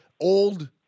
old